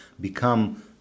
become